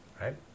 right